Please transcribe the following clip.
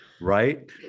right